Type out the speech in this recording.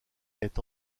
est